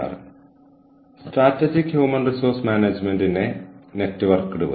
ഇന്ന് നമ്മൾ strategic human resource മാനേജ്മെന്റ്നെക്കുറിച്ച് കൂടുതൽ സംസാരിക്കും